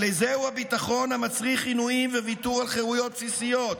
אבל איזהו הביטחון המצריך עינויים וויתור על חירויות בסיסיות?